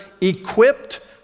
equipped